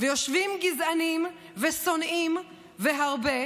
/ ויושבים גזענים! ושונאים! והרבה!